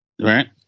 right